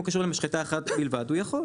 פעם לפה פעם לפה זה מגיע.